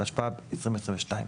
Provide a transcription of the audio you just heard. התשפ"ב 2022,